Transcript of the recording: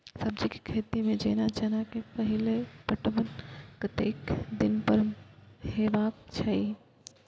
सब्जी के खेती में जेना चना के पहिले पटवन कतेक दिन पर हेबाक चाही?